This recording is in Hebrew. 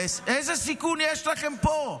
איזה סיכון יש לכם פה?